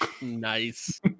Nice